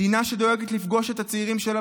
היא מדינה שדואגת לפגוש את הצעירים שלה